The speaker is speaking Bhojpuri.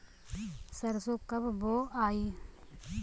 सरसो कब बोआई?